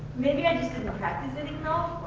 maybe i just didn't practice it enough.